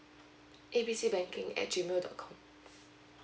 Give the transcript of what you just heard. A B C banking at G mail dot com